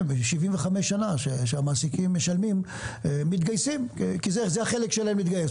כאשר במשך 75 שנים המעסיקים מתגייסים כי זה החלק שלהם להתגייס.